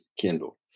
Kindle